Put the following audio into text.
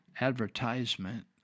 advertisement